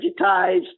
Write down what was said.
digitized